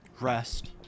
Rest